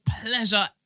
pleasure